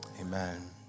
Amen